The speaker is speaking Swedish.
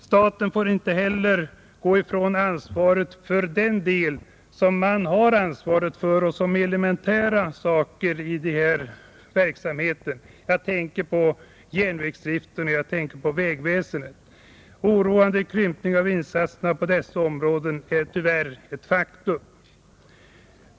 Staten får inte heller gå ifrån ansvaret för den del som man har ansvar för och som är elementära saker i fråga om verksamheten — jag tänker på järnvägsdriften och jag tänker på vägväsendet. Oroande krympningar av insatserna på dessa områden är tyvärr ett faktum.